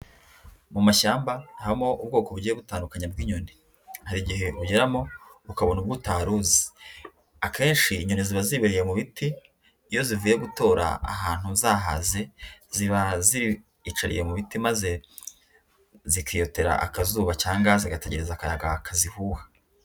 Mu mashyamba habamo ubwoko bugiye butandukanye bw'inyoni, hari igihe ugeramo ukabona ubwo utari uzi, akenshi inyoni ziba zibereye mu biti, iyo zivuye gutora ahantu zahaze ziba ziyicariye mu biti maze zikiyotera akazuba cyangwa zigategereza akayaga kazihuha.